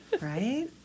Right